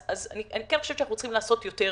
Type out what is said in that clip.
אני כן חושבת שאנחנו צריכים לעשות יותר,